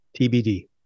TBD